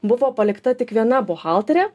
buvo palikta tik viena buhalterė